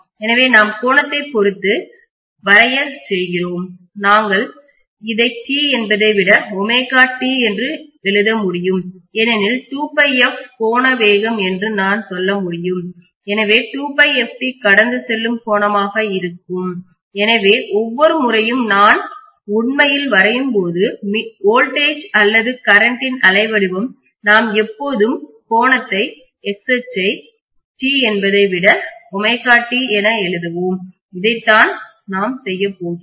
எனவே நாம் கோணத்தைப் பொறுத்து பிளாட் வரைய செய்கிறோம் நாங்கள் இதை t என்பதை விட ஒமேகா t என்று எழுத முடியும் ஏனெனில் கோண வேகம் என்று நான் சொல்ல முடியும் எனவே கடந்து செல்லும் கோணமாக இருக்கும் எனவே ஒவ்வொரு முறையும் நாம் உண்மையில் வரையும்போது மின்னழுத்தம்வோல்டேஜ் அல்லது மின்னோட்டத்தின் கரண்டின் அலை வடிவம் நாம் எப்போதும் கோணத்தை x அச்சை t என்பதை விட t என எழுதுவோம் இதைத்தான் நாம் செய்யப்போகிறோம்